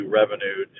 revenue